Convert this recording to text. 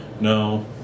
no